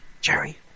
Jerry